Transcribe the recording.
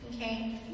Okay